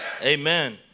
Amen